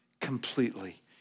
completely